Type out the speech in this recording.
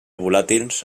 volàtils